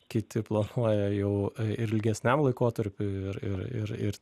kiti planuoja jau ir ilgesniam laikotarpiui ir ir ir ir